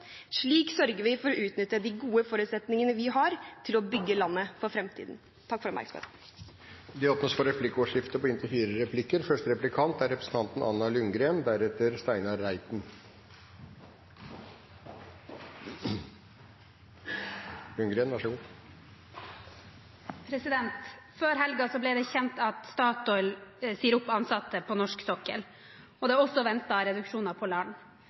Slik sørger vi for å utnytte de gode forutsetningene vi har, til å bygge landet for fremtiden. Takk for oppmerksomheten. Det blir replikkordskifte. Før helgen ble det kjent at Statoil sier opp ansatte på norsk sokkel, og det er også ventet reduksjoner på land.